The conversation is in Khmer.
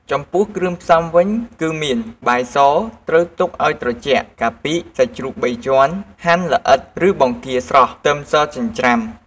ចំពោះគ្រឿងផ្សំវិញគឺមាន បាយសត្រូវទុកឱ្យត្រជាក់ កាពិ សាច់ជ្រូកបីជាន់ហាន់ល្អិតឬបង្គាស្រស់ ខ្ទឹមសចិញ្ច្រាំ។